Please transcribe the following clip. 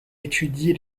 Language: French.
étudie